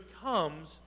comes